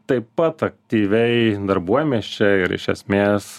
taip pat aktyviai darbuojamės čia ir iš esmės